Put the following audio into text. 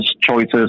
choices